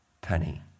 penny